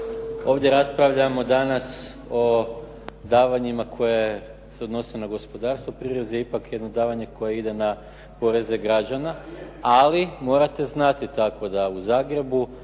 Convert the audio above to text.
Ovdje raspravljamo danas o davanjima koja se odnose na gospodarstvo. Prirez je ipak jedno davanje koje ide na poreze građana, ali morate znati tako da u Zagrebu